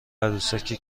عروسکی